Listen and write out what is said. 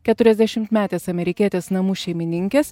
keturiasdešimtmetės amerikietės namų šeimininkės